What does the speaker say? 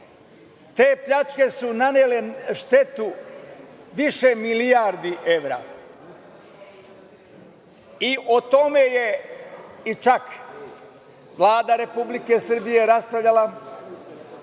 Te pljačke su nanele štetu više milijardi evra i o tome je čak Vlada Republike Srbije raspravljala.S